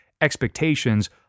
expectations